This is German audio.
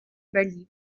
berlin